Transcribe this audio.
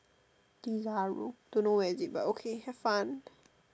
desaru don't know where is it but okay have fun